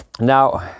Now